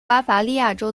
巴伐利亚州